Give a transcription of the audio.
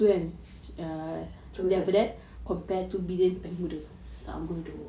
so what's up